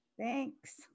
Thanks